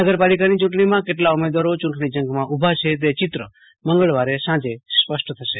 મહાનગર પાલિકાની ચૂટણીમાં કેટલા ઉમેદવારો ચૂટણી જંગમાં ઉભા છે તે ચિત્ર મંગળવારે સાંજે સ્પષ્ટ થશે